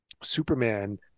Superman